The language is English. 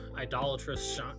idolatrous